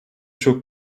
çok